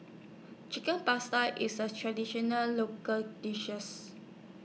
Chicken Pasta IS A Traditional Local dishes